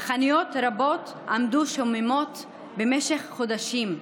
וחנויות רבות עמדו שוממות במשך חודשים.